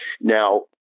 Now